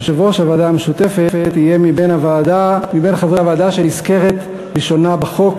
שיושב-ראש הוועדה המשותפת יהיה מבין חברי הוועדה שנזכרת ראשונה בחוק,